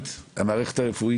אפשר לחסוך את הבירוקרטיה מהחולים